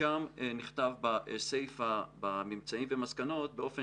שם נכתבו בסיפה בממצאים ומסקנות באופן